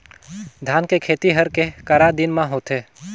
धान के खेती हर के करा दिन म होथे?